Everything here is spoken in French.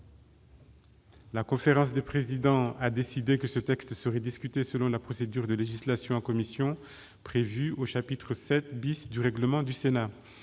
La conférence des présidents a décidé que ce texte serait discuté selon la procédure de législation en commission prévue au chapitre VII du règlement du Sénat.